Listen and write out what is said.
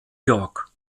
york